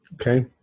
Okay